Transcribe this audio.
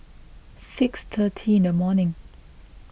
six thirty in the morning